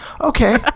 okay